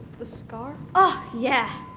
the scar? oh, yeah.